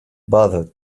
bothered